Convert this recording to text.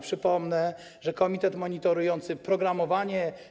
Przypomnę, że komitet monitorujący programowanie.